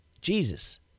Jesus